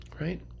right